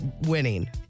winning